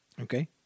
Okay